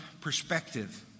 perspective